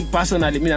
Personally